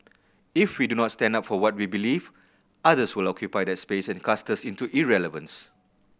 if we do not stand up for what we believe others will occupy that space and cast us into irrelevance